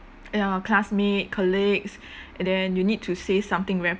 ya classmate colleagues and then you need to say something very